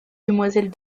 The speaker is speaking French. demoiselle